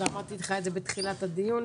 ואמרתי לך את זה בתחילת הדיון,